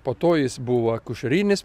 po to jis buvo akušerinis